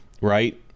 Right